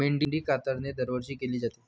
मेंढी कातरणे दरवर्षी केली जाते